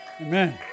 Amen